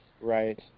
Right